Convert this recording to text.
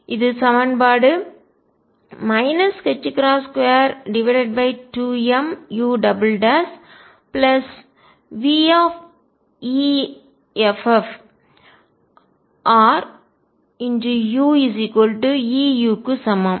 இது சமன்பாடு 22muveffruEu க்கு சமம்